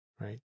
right